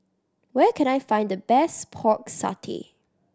where can I find the best Pork Satay